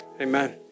Amen